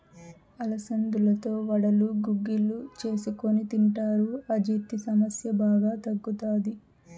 అలసందలతో వడలు, గుగ్గిళ్ళు చేసుకొని తింటారు, అజీర్తి సమస్య బాగా తగ్గుతాది